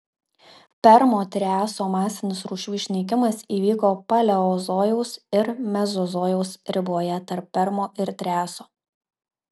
permo triaso masinis rūšių išnykimas įvyko paleozojaus ir mezozojaus riboje tarp permo ir triaso